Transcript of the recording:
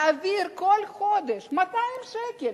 להעביר כל חודש 200 שקל,